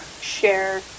share